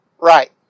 Right